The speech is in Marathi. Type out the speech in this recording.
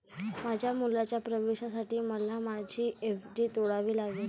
माझ्या मुलाच्या प्रवेशासाठी मला माझी एफ.डी तोडावी लागली